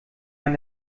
man